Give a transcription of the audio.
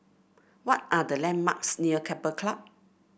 what are the landmarks near Keppel Club